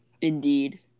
Indeed